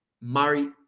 Murray